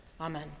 Amen